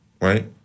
Right